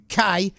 UK